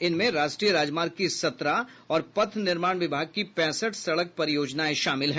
इनमें राष्ट्रीय राजमार्ग की सत्रह और पथ निर्माण विभाग की पैंसठ सड़क परियोजनाएं शामिल हैं